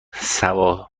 سواحیلی